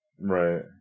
Right